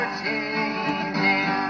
changing